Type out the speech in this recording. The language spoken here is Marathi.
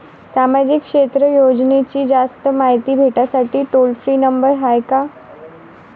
सामाजिक क्षेत्र योजनेची जास्त मायती भेटासाठी टोल फ्री नंबर हाय का?